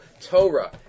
Torah